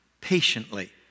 patiently